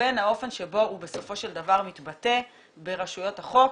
לבין האופן שבו הוא בסופו של דבר מתבטא ברשויות החוק,